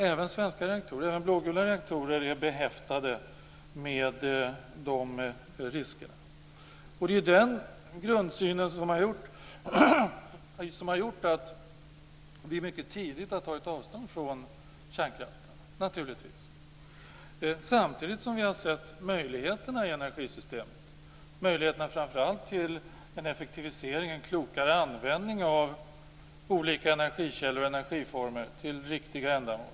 Även svenska reaktorer, blågula reaktorer, är behäftade med dessa risker. Det är naturligtvis den grundsynen som har gjort att vi mycket tidigt har tagit avstånd från kärnkraften. Samtidigt har vi sett möjligheterna i energisystemet. Vi har framför allt sett möjligheterna till en effektivisering, en klokare användning av olika energikällor och energiformer till riktiga ändamål.